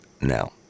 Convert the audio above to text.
Now